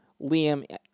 Liam